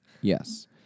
Yes